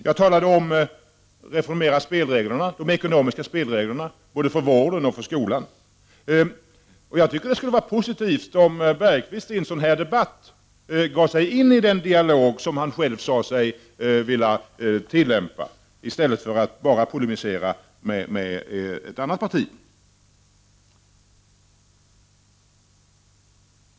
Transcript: Jag talade om att förändra de ekonomiska spelreglerna både för vården och för skolan. Jag tycker det skulle vara positivt om Jan Bergqvist i en sådan här debatt gav sig in i den dialog som han själv sade sig vilja tillämpa, i stället för att bara polemisera med ett annat parti.